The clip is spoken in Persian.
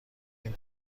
این